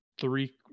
three